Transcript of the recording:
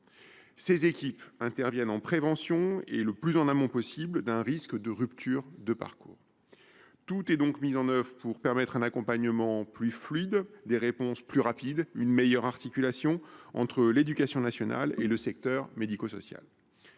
Ces équipes interviennent en prévention et le plus en amont possible d’un risque de rupture de parcours. Tout est donc mis en œuvre pour permettre un accompagnement plus fluide, des réponses plus rapides et une meilleure articulation entre l’éducation nationale et le secteur médico social.